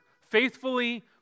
faithfully